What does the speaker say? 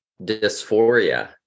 dysphoria